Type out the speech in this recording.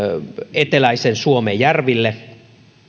eteläisen suomen järville